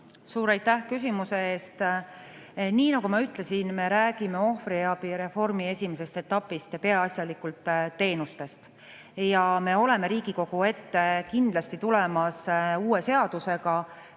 Suur aitäh küsimuse eest! Nii nagu ma ütlesin, me räägime ohvriabireformi esimesest etapist ja peaasjalikult teenustest. Me tuleme Riigikogu ette kindlasti ka uue seaduse